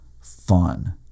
fun